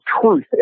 truth